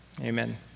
amen